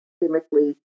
chemically